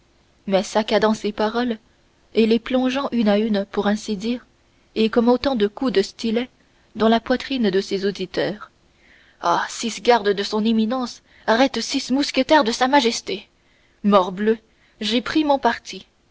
mais saccadant ses paroles et les plongeant une à une pour ainsi dire et comme autant de coups de stylet dans la poitrine de ses auditeurs ah six gardes de son éminence arrêtent six mousquetaires de sa majesté morbleu j'ai pris mon parti